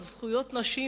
על זכויות נשים,